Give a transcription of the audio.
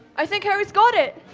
i think harry's got it!